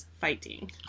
fighting